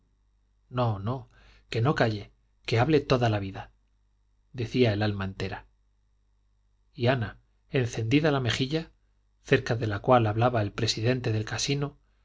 no no que no calle que hable toda la vida decía el alma entera y ana encendida la mejilla cerca de la cual hablaba el presidente del casino